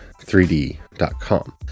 3D.com